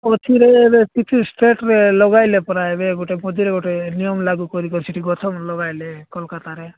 ଅଛିରେ ଏବେ କିଛି ଷ୍ଟେଟରେ ଲଗାଇଲେ ପରା ଏବେ ଗୋଟେ ମଝିରେ ଗୋଟେ ନିୟମ ଲାଗୁ କରିି ସେଠି ଗଛ ଲଗାଇଲେ କୋଲକତାରେ